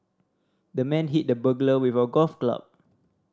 the man hit the burglar with a golf club